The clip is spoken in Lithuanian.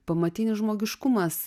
pamatinis žmogiškumas